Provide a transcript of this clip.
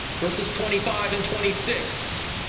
verses twenty five and twenty six,